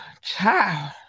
Child